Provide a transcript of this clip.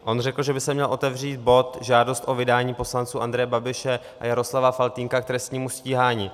On řekl, že by se měl otevřít bod Žádost o vydání poslanců Andreje Babiše a Jaroslava Faltýnka k trestnímu stíhání.